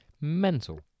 Mental